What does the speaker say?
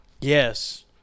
Yes